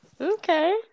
Okay